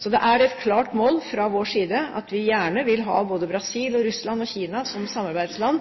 Så det er et klart mål fra vår side at vi gjerne vil ha både Brasil, Russland, India og Kina som samarbeidsland,